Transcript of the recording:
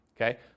Okay